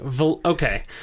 okay